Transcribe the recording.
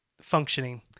functioning